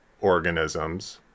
organisms